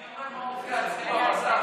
אני אומר מה מופיע אצלי במסך,